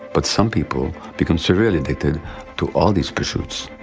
but some people become severely addicted to all these pursuits.